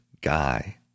guy